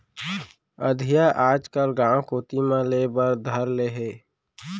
अधिया आजकल गॉंव कोती म लेय बर धर ले हें